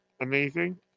amazing